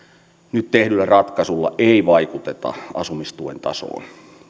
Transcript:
nyt tehdyllä ratkaisulla ei vaikuteta asumistuen tasoon